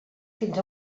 fins